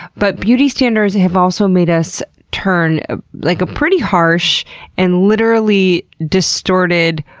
but beauty standards have also made us turn ah like a pretty harsh and literally distorted,